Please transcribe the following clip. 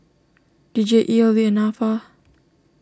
D J E L V and Nafa